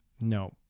No